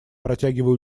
протягивая